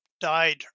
died